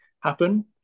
happen